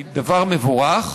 היא דבר מבורך.